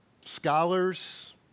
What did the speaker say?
scholars